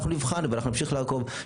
אנחנו נבחן ואנחנו נמשיך לעקוב.